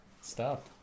Stop